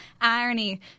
Irony